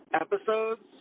episodes